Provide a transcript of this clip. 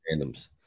randoms